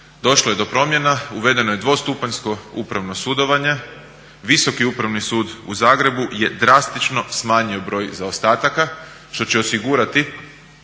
došlo je do promjena, uvedeno je dvostupanjsko upravno sudovanje, Visoki upravni sud u Zagrebu je drastično smanjio broj zaostataka što će osigurati